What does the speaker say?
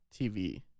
TV